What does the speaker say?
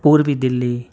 پوروی Delhi